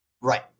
Right